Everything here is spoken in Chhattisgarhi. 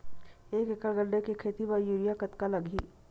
एक एकड़ गन्ने के खेती म यूरिया कतका लगही?